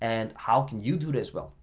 and how can you do it as well?